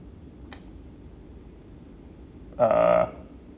uh